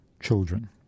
children